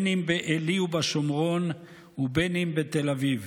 אם בעלי ובשומרון ואם בתל אביב,